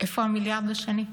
איפה המיליארד השני?